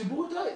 הציבור יודע.